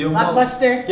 Blockbuster